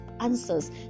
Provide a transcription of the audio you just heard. answers